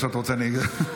עכשיו אתה רוצה שאני אגיד לך.